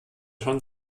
schon